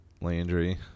Landry